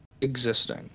existing